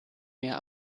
mehr